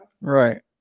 Right